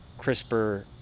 CRISPR